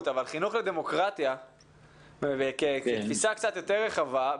אבל חינוך לדמוקרטיה וכתפיסה קצת יותר רחבה,